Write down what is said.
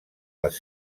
les